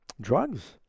drugs